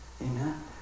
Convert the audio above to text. Amen